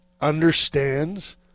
understands